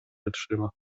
wytrzyma